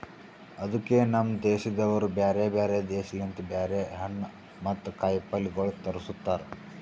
ಅದುಕೆ ನಮ್ ದೇಶದವರು ಬ್ಯಾರೆ ಬ್ಯಾರೆ ದೇಶ ಲಿಂತ್ ಬ್ಯಾರೆ ಬ್ಯಾರೆ ಹಣ್ಣು ಮತ್ತ ಕಾಯಿ ಪಲ್ಯಗೊಳ್ ತರುಸ್ತಾರ್